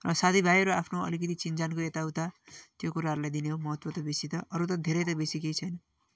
र साथीभाइहरू आफ्नो अलिकति चिनजानको यताउता त्यो कुराहरूलाई दिने हो महत्त्व त बेसी त अरू त धेरै त बेसी केही छैन